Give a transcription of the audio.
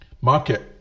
market